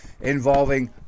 involving